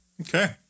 Okay